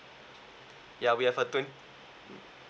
ya we have a tawen~